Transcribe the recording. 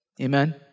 Amen